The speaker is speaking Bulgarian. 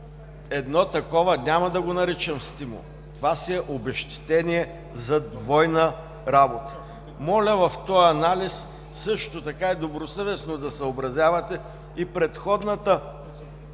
едно такова, няма да го наричам „стимул“, това си е обезщетение за двойна работа. Моля в този анализ също така и добросъвестно да съобразявате и предходното